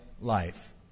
life